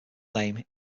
name